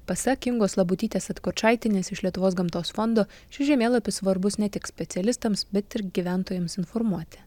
pasak ingos labutytės atkočaitienės iš lietuvos gamtos fondo šis žemėlapis svarbus ne tik specialistams bet ir gyventojams informuoti